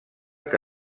que